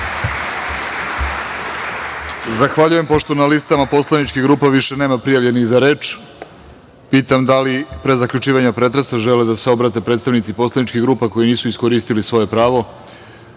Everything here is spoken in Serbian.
Zahvaljujem. Pošto na listama poslaničkih grupa više nema prijavljenih za reč, pitam da li pre zaključivanja pretresa žele da se obrate predstavnici poslaničkih grupa koji nisu iskoristili svoje pravo? Reč